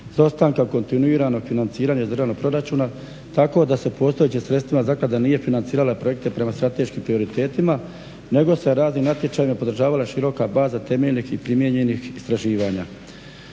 iz … kontinuiranog financiranja iz državnog proračuna tako da se postojećim sredstvima zaklada nije financirala projekte prema strateškim prioritetima nego se raznim natječajima podržavala široka baza temeljnih i primijenjenih istraživanja.